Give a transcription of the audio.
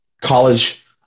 college